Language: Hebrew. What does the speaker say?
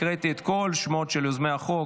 הקראתי את כל שמות יוזמי החוק,